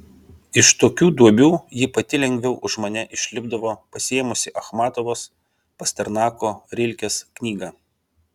iš tokių duobių ji pati lengviau už mane išlipdavo pasiėmusi achmatovos pasternako rilkės knygą